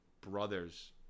brothers